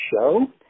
show